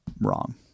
wrong